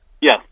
Yes